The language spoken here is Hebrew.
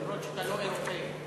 אף-על-פי שאתה לא אירופי.